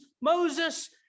Moses